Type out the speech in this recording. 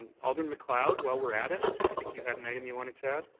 alderman macleod while we're at it, i think you had an item you wanted to add.